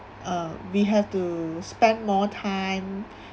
uh we have to spend more time